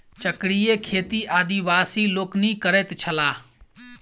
चक्रीय खेती आदिवासी लोकनि करैत छलाह